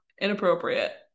inappropriate